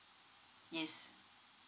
yes